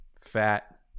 fat